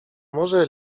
może